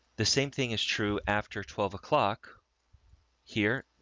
the same thing is true. after twelve o'clock here.